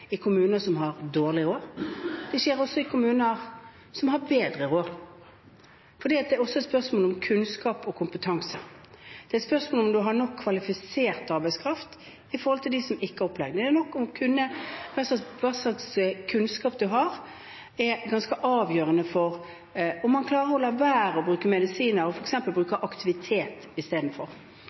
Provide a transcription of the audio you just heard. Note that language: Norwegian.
også i kommuner som har bedre råd, for dette er også et spørsmål om kunnskap og kompetanse. Det er et spørsmål om man har nok kvalifisert arbeidskraft i forhold til dem som ikke har opplæring. Hva slags kunnskap man har, er ganske avgjørende for om man klarer å la være å bruke medisiner og f.eks. bruker aktivitet